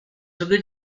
fyddi